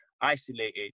isolated